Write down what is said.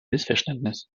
missverständnis